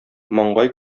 маңгай